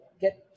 get